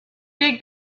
dig